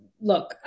look